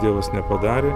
dievas nepadarė